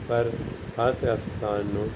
ਪਰ ਹਰ ਸਿਆਸਤਦਾਨ ਨੂੰ